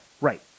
Right